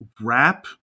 wrap